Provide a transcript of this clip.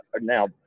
Now